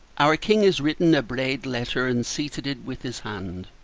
our king has written a braid letter, and seated it with his hand,